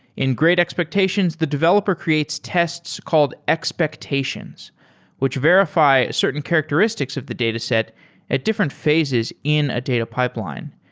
in great expectations, the developer creates tests called expectations which verify certain characteristics of the dataset at different phases in a data pipeline,